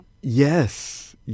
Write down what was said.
Yes